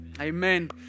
Amen